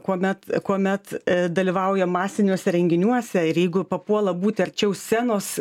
kuomet kuomet dalyvauja masiniuose renginiuose ir jeigu papuola būti arčiau scenos